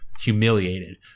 humiliated